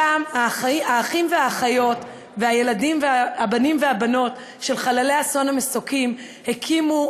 שם האחים והאחיות והבנים והבנות של חללי אסון המסוקים הקימו